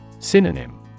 Synonym